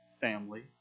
family